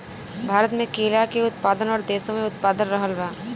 भारत मे केला के उत्पादन और देशो से ज्यादा रहल बा